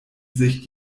sich